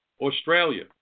Australia